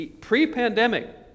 pre-pandemic